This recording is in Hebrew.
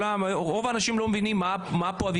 ורוב האנשים לא מבינים על מה הוויכוח.